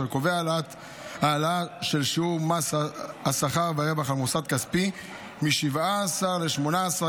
אשר קובע העלאה של שיעור מס השכר והרווח על מוסד כספי מ-17% ל-18%.